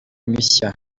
mishya